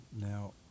Now